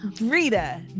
Rita